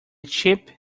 chip